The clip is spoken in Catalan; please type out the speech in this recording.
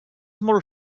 molt